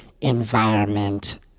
environment